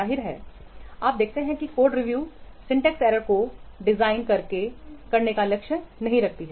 जाहिर है आप देखते हैं कि कोड रिव्यू सिंटेक्स एरर्स को डिजाइन करने का लक्ष्य नहीं रखती है